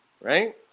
right